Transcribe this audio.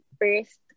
first